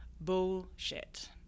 Bullshit